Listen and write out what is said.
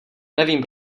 nevím